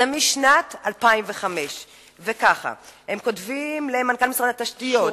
זה משנת 2005. וככה הם כותבים למנכ"ל משרד התשתיות,